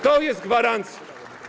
To jest gwarancja.